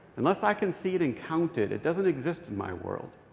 unless i can see it and count it, it doesn't exist in my world.